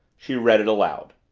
she read it aloud.